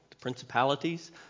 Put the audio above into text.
principalities